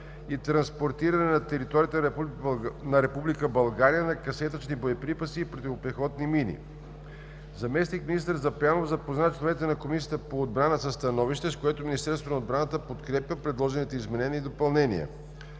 и транспортирането на територията на Република България на касетъчни боеприпаси и противопехотни мини. Заместник-министър Запрянов запозна членовете на Комисията по отбрана със становище, с което Министерството на отбраната подкрепя предложените изменения и допълнения.